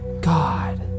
God